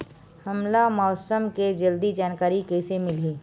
हमला मौसम के जल्दी जानकारी कइसे मिलही?